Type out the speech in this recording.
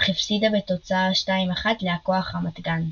אך הפסידה בתוצאה 12 להכח רמת גן.